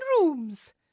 rooms